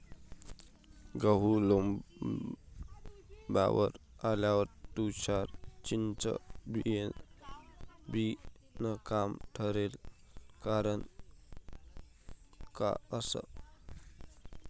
गहू लोम्बावर आल्यावर तुषार सिंचन बिनकामाचं ठराचं कारन का असन?